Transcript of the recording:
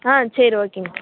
ஆ சரி ஓகேங்க